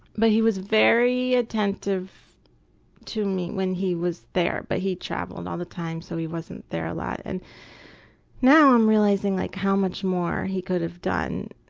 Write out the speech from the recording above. but he was very attentive to me when he was there. but he traveled all the time so he wasn't there a lot and now i'm realizing like how much more he could've done